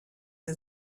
der